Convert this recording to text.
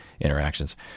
interactions